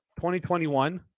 2021